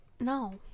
No